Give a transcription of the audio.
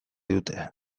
dute